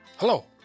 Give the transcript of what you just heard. Hello